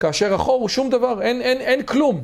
כאשר החור הוא שום דבר, אין, אין, אין כלום.